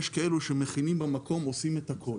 יש כאלה שמכינים במקום ועושים את הכול.